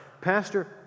Pastor